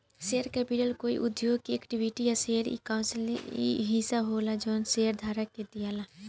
share capital कोई उद्योग के इक्विटी या शेयर के उ हिस्सा होला जवन शेयरधारक के दियाला